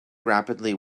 rapidly